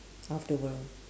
of the world